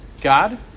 God